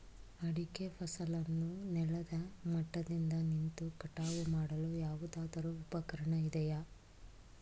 ಅಡಿಕೆ ಫಸಲನ್ನು ನೆಲದ ಮಟ್ಟದಿಂದ ನಿಂತು ಕಟಾವು ಮಾಡಲು ಯಾವುದಾದರು ಉಪಕರಣ ಇದೆಯಾ?